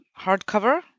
hardcover